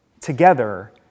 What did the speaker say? together